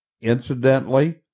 Incidentally